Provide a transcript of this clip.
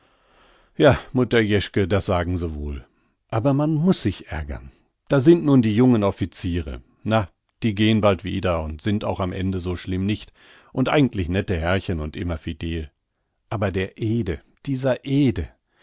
ja mutter jeschke das sagen sie wohl aber man muß sich ärgern da sind nun die jungen offiziere na die gehen bald wieder und sind auch am ende so schlimm nicht und eigentlich nette herrchen und immer fidel aber der ede dieser